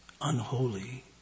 unholy